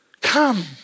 come